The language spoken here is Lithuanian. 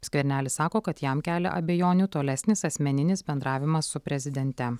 skvernelis sako kad jam kelia abejonių tolesnis asmeninis bendravimas su prezidente